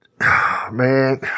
man